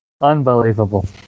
Unbelievable